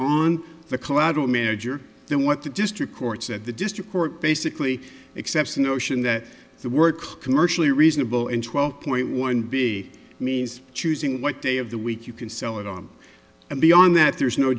on the collateral manager than what the district courts at the district court basically except the notion that the work commercially reasonable and twelve point one b means choosing what day of the week you can sell it on and beyond that there is no